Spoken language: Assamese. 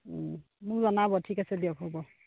মোক জনাব ঠিক আছে দিয়ক হ'ব